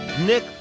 Nick